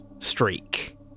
streak